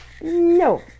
no